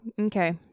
Okay